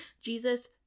Jesus